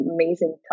amazing